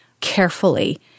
carefully